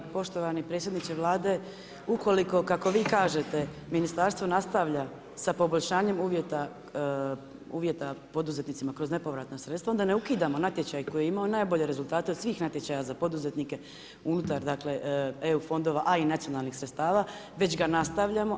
Poštovani predsjedniče Vlade, ukoliko kako vi kažete Ministarstvo nastavlja sa poboljšanjem uvjeta poduzetnicima kroz nepovratna sredstva onda ne ukidamo natječaj koji je imao najbolje rezultate od svih natječaja za poduzetnike unutar, dakle EU fondova, a i nacionalnih sredstava već ga nastavljamo.